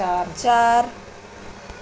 آ چار